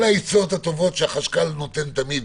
כל העצות הטובות שהחשכ"ל נותן תמיד,